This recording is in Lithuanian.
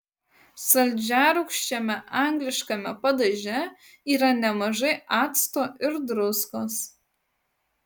saldžiarūgščiame angliškame padaže yra nemažai acto ir druskos